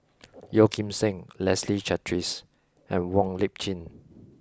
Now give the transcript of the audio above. Yeo Kim Seng Leslie Charteris and Wong Lip Chin